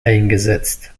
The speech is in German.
eingesetzt